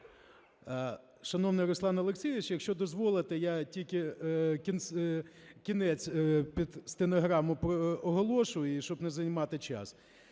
Шановний Руслан Олексійович, якщо дозволите, я тільки кінець під стенограму оголошу, щоб не займати час.